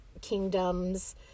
kingdoms